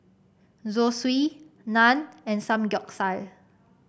Zosui Naan and Samgyeopsal